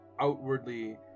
outwardly